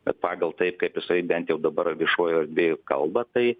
bet pagal tai kaip jisai bent jau dabar viešojoj erdvėj kalba tai